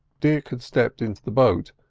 dick had stepped into the boat,